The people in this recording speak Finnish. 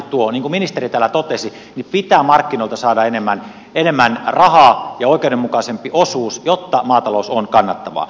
niin kuin ministeri täällä totesi pitää markkinoilta saada enemmän rahaa ja oikeudenmukaisempi osuus jotta maatalous on kannattavaa